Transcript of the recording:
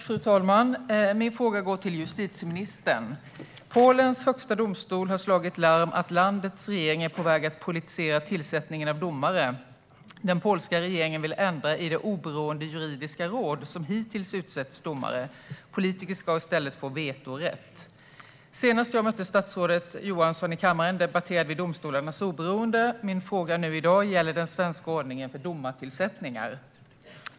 Fru talman! Min fråga går till justitieministern. Polens högsta domstol har slagit larm om att landets regering är på väg att politisera tillsättningen av domare. Den polska regeringen vill ändra i det oberoende juridiska råd som hittills utsett domare. Politiker ska i stället få vetorätt. Senast jag mötte statsrådet Johansson i kammaren debatterade vi domstolarnas oberoende. Min fråga i dag gäller den svenska ordningen för domartillsättningar.